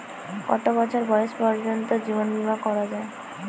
কত বছর বয়স পর্জন্ত জীবন বিমা করা য়ায়?